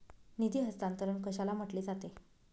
निधी हस्तांतरण कशाला म्हटले जाते?